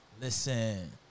Listen